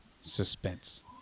suspense